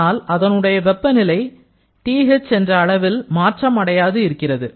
ஆனால் அதனுடைய வெப்பநிலை என்ற TH அளவில் மாற்றம் அடையாது இருக்கிறது